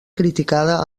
criticada